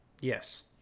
yes